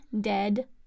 dead